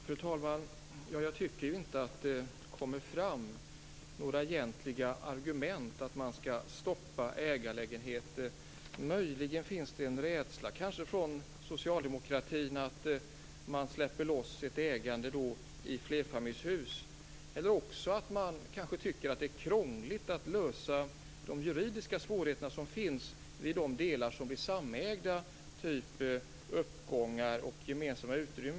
Fru talman! Jag tycker inte att det kommer fram några egentliga argument till varför förslaget om ägarlägenheter skall stoppas. Möjligen finns det bland socialdemokraterna en rädsla för att släppa loss möjligheten till ägande i flerfamiljshus, eller också kanske man tycker att det är krångligt att lösa de juridiska problem som finns vad gäller de delar som blir samägda, dvs. uppgångar och gemensamma utrymmen.